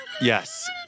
Yes